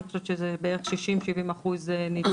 אני חושבת שזה ניצול של 60-70% מהמכסה.